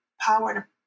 power